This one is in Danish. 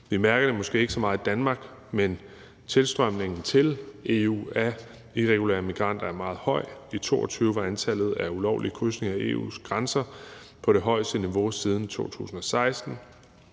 Vi mærker det måske ikke så meget i Danmark, men tilstrømningen til EU af irregulære migranter er meget høj. I 2022 var antallet af ulovlige krydsninger af EU's grænser på det højeste niveau siden 2016